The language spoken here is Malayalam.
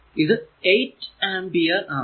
ഇത് 8 ആമ്പിയർ ആണ്